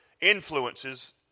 influences